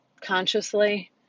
consciously